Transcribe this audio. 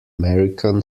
american